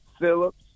Phillips